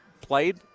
played –